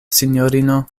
sinjorino